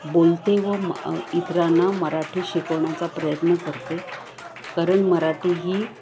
बोलते व म इतरांना मराठी शिकवण्याचा प्रयत्न करते कारण मराठी ही